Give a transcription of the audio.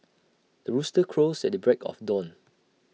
the rooster crows at the break of dawn